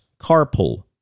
carpool